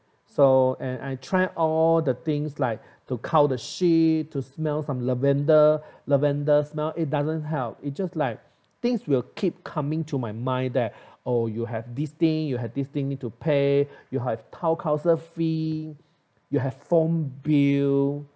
so and I try all the things like to count the sheep to smell from lavender lavender smell it doesn't help it just like things will keep coming to my mind that oh you have this thing you have thing need to pay you have town council fee you have phone bill